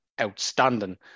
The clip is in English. outstanding